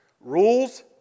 rules